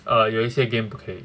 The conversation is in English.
uh 有一些 game 不可以